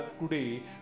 today